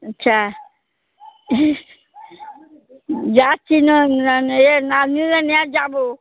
আচ্ছা যাচ্ছি না এ নাতনিরে নিয়ে যাবো